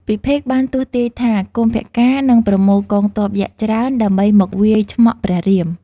ពិភេកបានទស្សន៍ទាយថា កុម្ពកាណ៍ នឹងប្រមូលកងទ័ពយក្សច្រើន ដើម្បីមកវាយឆ្មក់ព្រះរាម ។